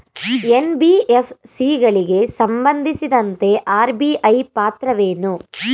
NBFC ಗಳಿಗೆ ಸಂಬಂಧಿಸಿದಂತೆ RBI ಪಾತ್ರವೇನು?